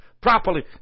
properly